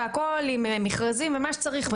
עם מכרזים ומה שצריך,